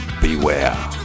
Beware